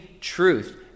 truth